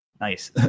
nice